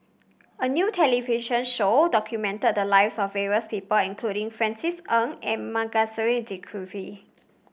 a new television show documented the lives of various people including Francis Ng and Masagos Zulkifli